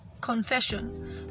Confession